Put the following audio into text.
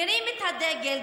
מרים את הדגל,